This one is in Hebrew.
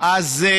הוא אפילו